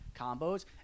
combos